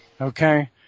Okay